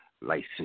License